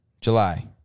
July